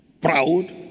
proud